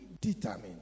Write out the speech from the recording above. determined